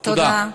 תודה.